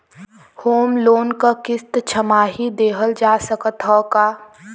Home loan क किस्त छमाही देहल जा सकत ह का?